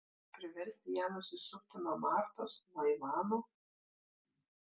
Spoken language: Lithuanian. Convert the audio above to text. priversti ją nusisukti nuo martos nuo ivano